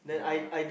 yeah